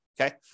okay